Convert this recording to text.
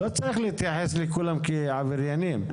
לא צריך להתייחס לכולם כאל עבריינים.